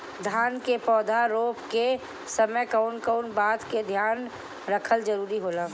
धान के पौधा रोप के समय कउन कउन बात के ध्यान रखल जरूरी होला?